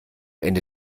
ende